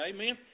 Amen